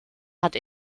hat